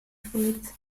fluids